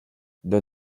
dans